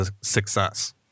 success